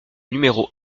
numéro